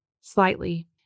slightly